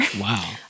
Wow